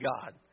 God